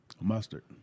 mustard